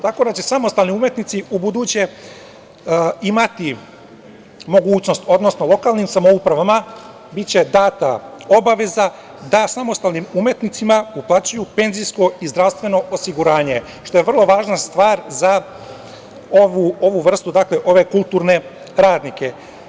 Tako da će samostalni umetnici u buduće imati mogućnost, odnosno lokalnim samoupravama biće data obaveza da samostalnim umetnicima uplaćuju penzijsko i zdravstveno osiguranje što je vrlo važna stvar za ovu vrstu ove kulturne radnike.